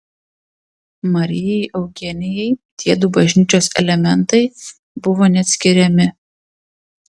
marijai eugenijai tiedu bažnyčios elementai buvo neatskiriami